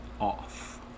off